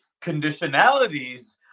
conditionalities